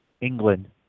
England